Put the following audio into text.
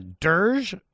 dirge